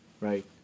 right